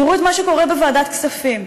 תראו את מה שקורה בוועדת כספים.